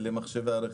למחשבי הרכב.